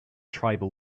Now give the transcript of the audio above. tribal